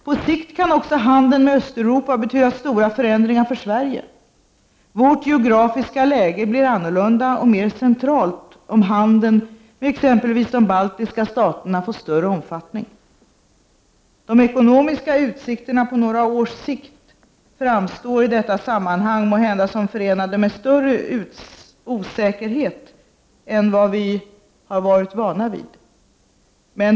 På sikt kan också handeln med Östeuropa betyda stora förändringar för Sverige. Vårt geografiska läge blir annorlunda och mer centralt, om handeln med exempelvis de baltiska staterna får större omfattning. De ekonomiska utsikterna på några års sikt framstår i detta sammanhang måhända som förenade med större osäkerhet än vad vi har varit vana vid.